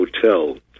Hotel